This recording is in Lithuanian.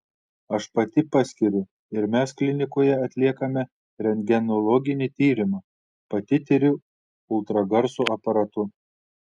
aš pati paskiriu ir mes klinikoje atliekame rentgenologinį tyrimą pati tiriu ultragarso aparatu